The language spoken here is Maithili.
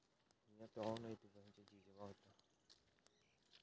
पैसा नीकाले खातिर कोन कागज भरे परतें?